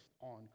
on